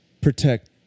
protect